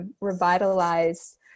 revitalized